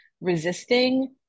resisting